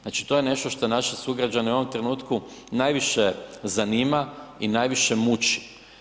Znači to je nešto šta naše sugrađane u ovom trenutku najviše zanima i najviše muči.